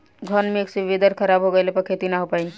घन मेघ से वेदर ख़राब हो गइल बा खेती न हो पाई